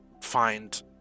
find